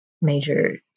major